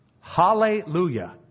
hallelujah